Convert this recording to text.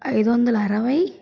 ఐదు వందల అరవై